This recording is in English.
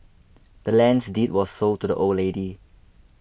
the land's deed was sold to the old lady